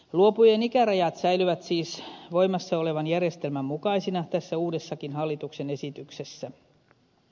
luopujien ikärajat säilyvät siis voimassa olevan järjestelmän mukaisina tässä uudessakin hallituksen esityksessä